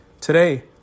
Today